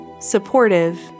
supportive